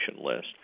list